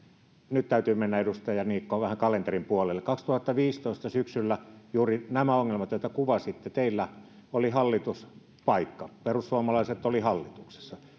nyt täytyy mennä edustaja niikko vähän kalenterin puolelle syksyllä kaksituhattaviisitoista kun oli juuri nämä ongelmat joita kuvasitte teillä oli hallituspaikka perussuomalaiset olivat hallituksessa